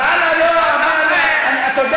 אז אנא, לא, אתה מחייך.